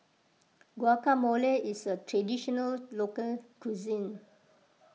Guacamole is a Traditional Local Cuisine